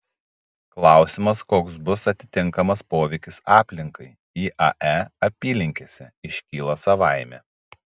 klausimas koks bus atitinkamas poveikis aplinkai iae apylinkėse iškyla savaime